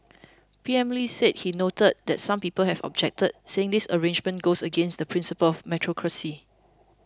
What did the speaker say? P M Lee said he noted that some people have objected saying this arrangement goes against the principle of meritocracy